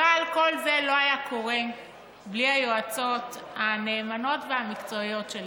אבל כל זה לא היה קורה בלי היועצות הנאמנות והמקצועיות שלי,